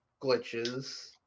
glitches